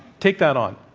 take that on.